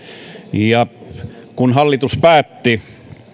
ja kun hallitus päätti